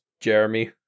Jeremy